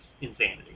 insanity